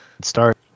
start